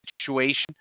situation